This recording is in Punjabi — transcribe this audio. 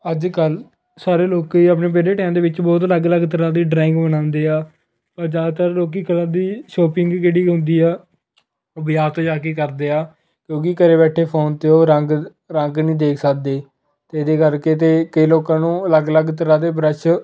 ਅੱਜ ਕੱਲ੍ਹ ਸਾਰੇ ਲੋਕ ਆਪਣੇ ਵਿਹਲੇ ਟਾਈਮ ਦੇ ਵਿੱਚ ਬਹੁਤ ਅਲੱਗ ਅਲੱਗ ਤਰ੍ਹਾਂ ਦੀ ਡਰਾਇੰਗ ਬਣਾਉਂਦੇ ਆ ਜ਼ਿਆਦਾਤਰ ਲੋਕ ਘਰਾਂ ਦੀ ਸ਼ੋਪਿੰਗ ਜਿਹੜੀ ਹੁੰਦੀ ਆ ਉਹ ਬਜ਼ਾਰ 'ਤੇ ਜਾ ਕੇ ਕਰਦੇ ਆ ਕਿਉਂਕਿ ਘਰ ਬੈਠੇ ਫੋਨ 'ਤੇ ਉਹ ਰੰਗ ਰੰਗ ਨਹੀਂ ਦੇਖ ਸਕਦੇ ਅਤੇ ਇਹਦੇ ਕਰਕੇ ਅਤੇ ਕਈ ਲੋਕਾਂ ਨੂੰ ਅਲੱਗ ਅਲੱਗ ਤਰ੍ਹਾਂ ਦੇ ਬਰੱਸ਼